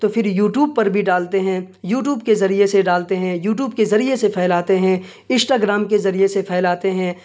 تو پھر یوٹیوب پر بھی ڈالتے ہیں یوٹیوب کے ذریعے سے ڈالتے ہیں یوٹیوب کے ذریعے سے پھیلاتے ہیں انسٹاگرام کے ذریعے سے پھیلاتے ہیں